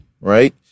Right